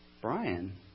Brian